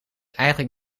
eigenlijk